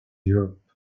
europe